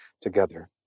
together